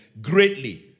greatly